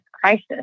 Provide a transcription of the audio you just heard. crisis